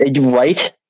Right